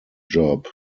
job